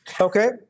okay